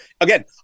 Again